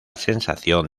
sensación